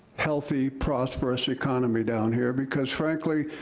healthy, prosperous economy down here, because frankly,